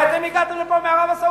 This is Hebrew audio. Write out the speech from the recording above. הרי אתם הגעתם לפה מערב-הסעודית.